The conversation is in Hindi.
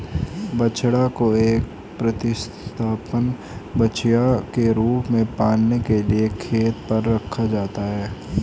बछड़ा को एक प्रतिस्थापन बछिया के रूप में पालने के लिए खेत पर रखा जाता है